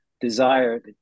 desire